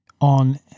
on